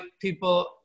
people